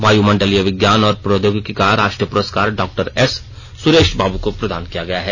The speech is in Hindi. वायुमंडलीय विज्ञान और प्रौद्योगिकी का राष्ट्रीय पुरस्कार डॉ एस सुरेश बाबू को प्रदान किया गया है